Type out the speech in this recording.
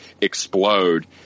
explode